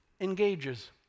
engages